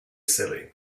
silly